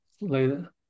later